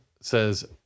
says